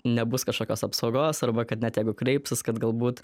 nebus kažkokios apsaugos arba kad net jeigu kreipsis kad galbūt